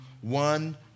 one